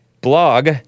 blog